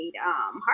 heart